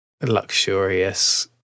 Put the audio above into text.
luxurious